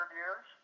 years